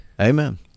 Amen